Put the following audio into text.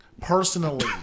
personally